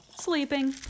Sleeping